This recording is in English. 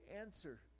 answer